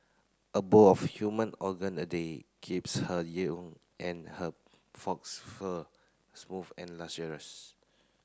a bowl of human organ a day keeps her and her fox fur smooth and lustrous